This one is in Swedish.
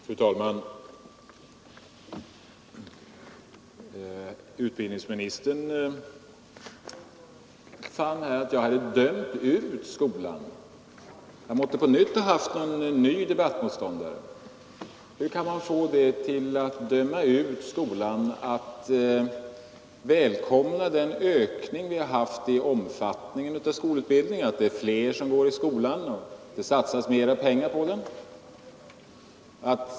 Fru talman! Utbildningsministern sade att jag hade dömt ut skolan. Han måtte på nytt ha haft en ny debattmotståndare. Jag välkomnade den ökning vi har haft i omfattningen av skolutbildningen, att det är fler som går i skolan och att det satsas mera pengar på den.